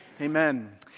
amen